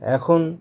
এখন